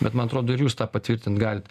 bet man atrodo ir jūs tą patvirtint galit